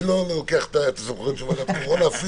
אני לא לוקח את הסמכויות של ועדת הקורונה.